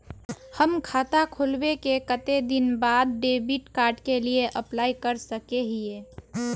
हम खाता खोलबे के कते दिन बाद डेबिड कार्ड के लिए अप्लाई कर सके हिये?